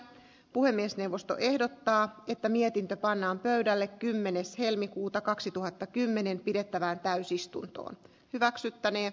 puhemiesneuvosto ehdottaa että mietintö pannaan pöydälle kymmenes helmikuuta kaksituhattakymmenen pidettävään täysistuntoon hyväksyttäne